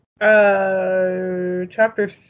chapter